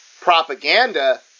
propaganda